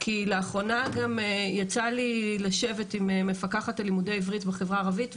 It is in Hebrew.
כי לאחרונה גם יצא לי לשבת עם מפקחת על לימודי העברית בחברה הערבית.